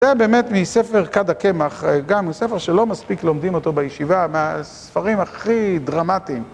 זה באמת מספר כד הקמח, גם ספר שלא מספיק לומדים אותו בישיבה, מהספרים הכי דרמטיים.